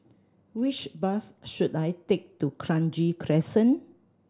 which bus should I take to Kranji Crescent